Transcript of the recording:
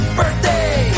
birthday